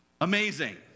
amazing